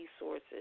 resources